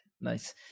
Nice